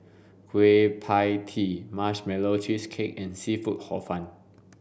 Kueh Pie Tee marshmallow cheesecake and seafood hor fun